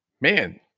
man